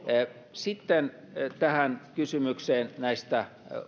sitten tähän kysymykseen näistä